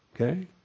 Okay